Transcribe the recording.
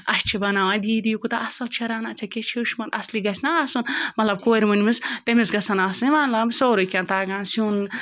اَسہِ چھِ بَناوان دیٖدی یہِ کوٗتا اَصٕل چھِ رَنان ژےٚ کیٛاہ چھی ہیوٚچھمُت اَصلی گژھِ نا آسُن مطلب کورِ موٚہنوِس تٔمِس گژھن آسٕنۍ مطلب سورُے کینٛہہ تَگان سیُن